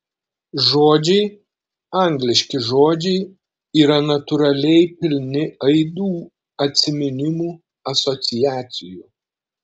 žodžiai angliški žodžiai yra natūraliai pilni aidų atsiminimų asociacijų